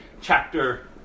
chapter